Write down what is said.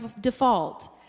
default